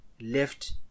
left